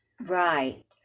Right